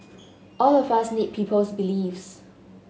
all of us need people's beliefs